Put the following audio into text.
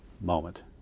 moment